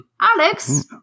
Alex